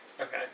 Okay